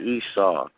Esau